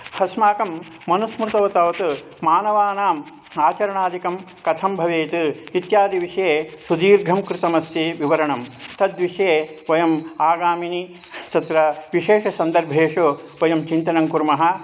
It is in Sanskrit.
अस्माकं मनुस्मृतौ तावत् मानवानाम् आचरणादिकं कथं भवेत् इत्यादिविषये सुदीर्घं कृतमस्ति विवरणं तद्विषये वयम् आगामिनि तत्र विशेषसन्दर्भेषु वयं चिन्तनं कुर्मः